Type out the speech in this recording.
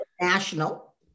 national